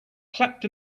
clapped